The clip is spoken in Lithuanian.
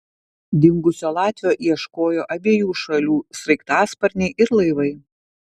dingusio latvio ieškojo abiejų šalių sraigtasparniai ir laivai